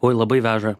oi labai veža